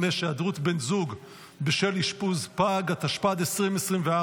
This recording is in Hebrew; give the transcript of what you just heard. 65), היעדרות בן זוג בשל אשפוז פג, התשפ"ד 2024,